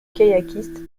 kayakiste